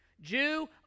Jew